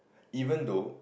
even though